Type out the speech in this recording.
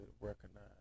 recognize